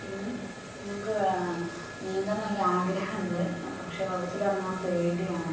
പിന്നെ നിങ്ങൾക്ക് നീന്താൻ നല്ല ആഗ്രഹമുണ്ട് പക്ഷേ വെള്ളത്തിലിറങ്ങാൻ പേടിയാണ്